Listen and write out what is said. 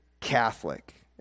Catholic